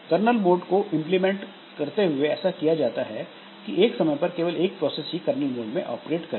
colonel mode को implement करते हुए ऐसा किया जाता है एक समय पर केवल एक प्रोसेस ही कर्नल मोड में ऑपरेट करें